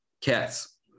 cats